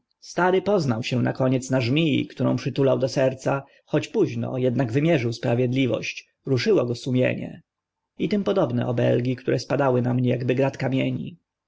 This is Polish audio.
stary poznał się na koniec na żmii którą przytulał do serca choć późno ednak wymierzył sprawiedliwość ruszyło go sumienie i tym podobne